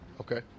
okay